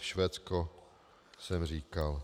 Švédsko jsem říkal.